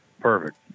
perfect